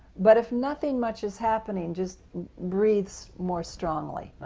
but if nothing much is happening, just breathe more strongly,